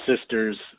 sisters